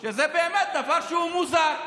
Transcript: זה באמת דבר שהוא מוזר: